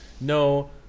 no